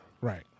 Right